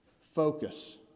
focus